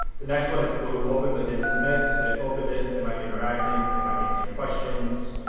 the next one is people who opened but didn't submit, so they opened it. they might be interacting. they might be answering questions. you